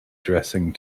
dressing